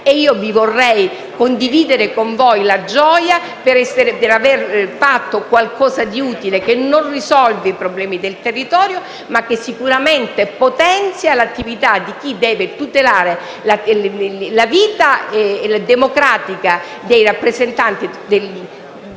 e vorrei condividere con voi la gioia per aver fatto qualcosa di utile, che non risolverà i problemi del territorio, ma che sicuramente potenzierà l'attività di chi deve tutelare la vita democratica dei rappresentanti dei vari territori